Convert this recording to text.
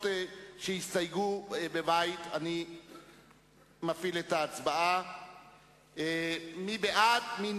שהסתייגו בבית: חברי הכנסת חיים אורון,